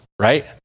right